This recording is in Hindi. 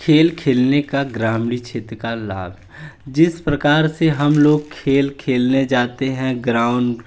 खेल खेलने का ग्रामीण क्षेत्र का लाभ जिस प्रकार से हम लोग खेल खेलने जाते हैं ग्राउंड